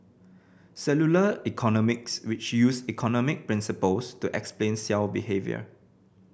cellular economics which use economic principles to explain cell behaviour